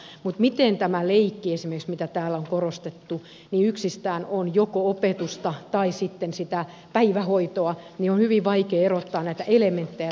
mutta siinä miten esimerkiksi tämä leikki mitä täällä on korostettu yksistään on joko opetusta tai sitten sitä päivähoitoa on hyvin vaikeaa erottaa näitä elementtejä toisistaan